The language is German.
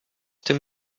dem